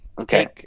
Okay